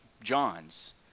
John's